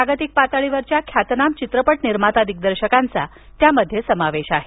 जागतिक पातळीवरच्या ख्यातनाम चित्रपट निर्माता दिग्दर्शकांचा यात समावेश आहे